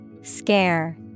Scare